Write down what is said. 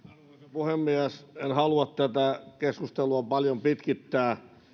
puhemies en halua tätä keskustelua paljon pitkittää